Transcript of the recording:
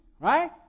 right